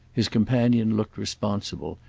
his companion looked responsible,